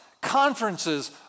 Conferences